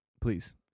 Please